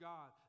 God